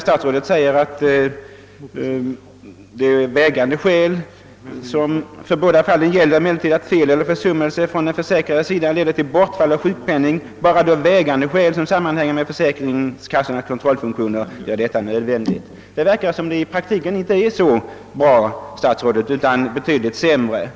Statsrådet sade i sitt svar följande: »För båda fallen gäller emellertid att fel eller försummelse från den försäkrades sida leder till bortfall av sjukpenning bara då vägande skäl, som sammanhänger med försäkringskassornas kontrollfunktioner, gör detta nödvändigt.» Det verkar som om det i praktiken inte är så väl ställt, herr statsråd, utan betydligt sämre!